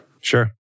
Sure